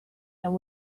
and